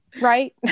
right